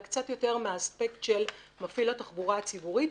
אלא קצת מהאספקט של מפעיל התחבורה הציבורית,